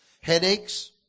Headaches